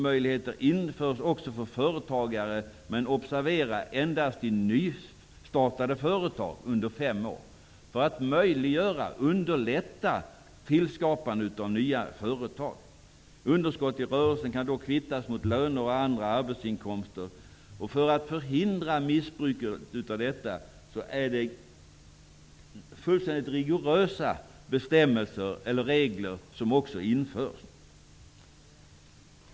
Men observera att det endast är i nystartade företag under fem år för att underlätta tillskapande av nya företag. Underskott i rörelsen kan då kvittas mot löner och andra arbetsinkomster. För att förhindra missbruk av detta införs fullständigt rigorösa regler.